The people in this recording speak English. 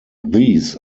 these